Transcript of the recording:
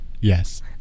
Yes